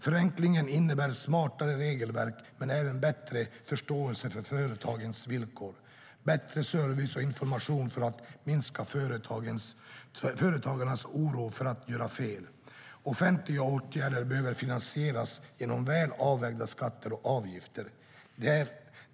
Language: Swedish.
Förenklingen innebär smartare regelverk, men även bättre förståelse för företagens villkor, bättre service och information för att minska företagarnas oro för att göra fel. Offentliga åtgärder behöver finansieras genom väl avvägda skatter och avgifter.